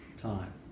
time